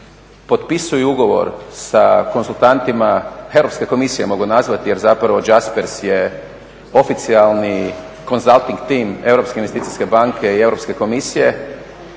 potpisuju ugovor sa konzultantima Europske komisije mogu nazvati jer zapravo JASPERS je oficijalni konzalting tim Europske investicijske banke i Europske komisije